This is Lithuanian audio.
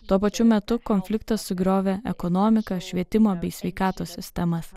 tuo pačiu metu konfliktas sugriovė ekonomiką švietimą bei sveikatos sistemas